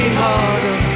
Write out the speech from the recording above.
harder